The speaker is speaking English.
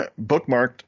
bookmarked